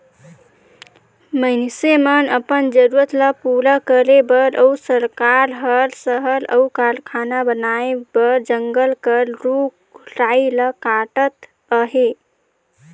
मइनसे मन अपन जरूरत ल पूरा करे बर अउ सरकार हर सहर अउ कारखाना बनाए बर जंगल कर रूख राई ल काटत अहे